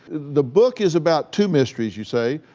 the book is about two mysteries, you say.